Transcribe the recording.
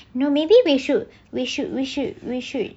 no maybe we should we should we should we should